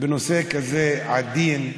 בנושא כזה עדין,